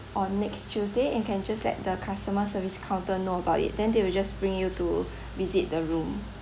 on next tuesday and can just let the customer service counter know about it then they will just bring you to visit the room